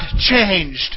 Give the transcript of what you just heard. changed